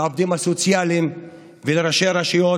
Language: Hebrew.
לעובדים הסוציאליים ולראשי הרשויות.